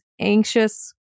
anxious